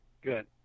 good